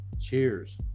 cheers